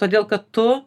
todėl kad tu